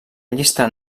llista